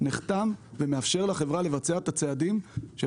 נחתם ומאפשר לחברה לבצע את הצעדים כאשר